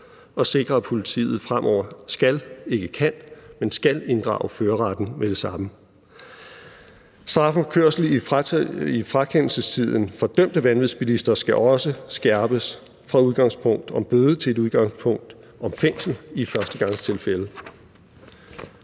og sikrer, at politiet fremover skal – ikke kan, men skal – inddrage førerretten med det samme. Straffen for kørsel i frakendelsestiden for dømte vanvidsbilister skal også skærpes fra et udgangspunkt om bøde til et udgangspunkt om fængsel i førstegangstilfælde.